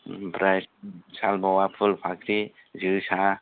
ओमफ्राय साल बावा फुल फाख्रि जोसा